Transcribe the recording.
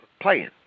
playing